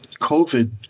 COVID